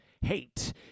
Hate